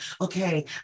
okay